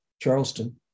Charleston